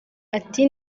ati